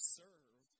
serve